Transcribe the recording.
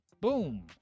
Boom